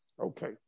Okay